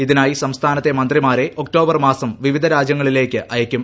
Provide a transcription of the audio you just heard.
ഇതിനായി സംസ്ഥാനത്തെ മന്ത്രിമാരെ ഒക്ടോബർ മാസം വിവിധ രാജ്യങ്ങളിലേക്ക് അയയ്ക്കും